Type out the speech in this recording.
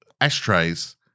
Ashtrays